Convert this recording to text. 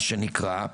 מה שנקרא,